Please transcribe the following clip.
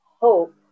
hope